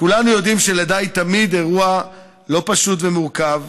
כולנו יודעים שלידה היא תמיד אירוע לא פשוט ומורכב,